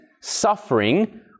suffering